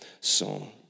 song